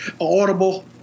audible